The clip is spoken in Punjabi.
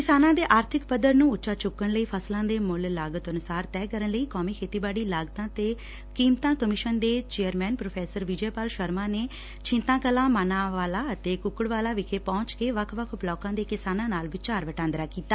ਕਿਸਾਨਾਂ ਦੇ ਆਰਥਿਕ ਪੱਧਰ ਨੂੰ ਉੱਚਾ ਚੁੱਕਣ ਲਈ ਫਸਲਾਂ ਦੇ ਮੁੱਲ ਲਾਗਤ ਅਨੁਸਾਰ ਤੈਅ ਕਰਨ ਲਈ ਕੌਮੀ ਖੇਤੀਬਾੜੀ ਲਾਗਤਾਂ ਤੇ ਕੀਮਤਾਂ ਕਮਿਸ਼ਨ ਦੇ ਚੇਅਰਮੈਨ ਪ੍ਰੋ ਵਿਜੇ ਪਾਲ ਸ਼ਰਮਾ ਨੇ ਝੀਤਾਂ ਕਲਾਂ ਮਾਨਾਂਵਾਲਾ ਅਤੇ ਕੁੱਕੜਾਵਾਲਾ ਵਿਖੇ ਪਹੁੰਚ ਕੇ ਵੱਖ ਵੱਖ ਬਲਾਕਾਂ ਦੇ ਕਿਸਾਨਾਂ ਨਾਲ ਵਿਚਾਰ ਵਟਾਂਦਰਾ ਕੀਤਾ